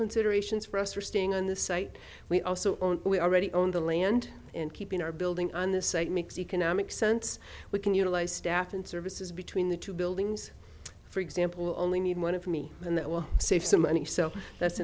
considerations for us for staying on the site we also own we already own the land and keeping our building on the site makes economic sense we can utilize staff and services between the two buildings for example only need one for me and that will save some money so that's